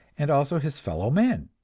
and also his fellow men.